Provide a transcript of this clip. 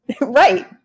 Right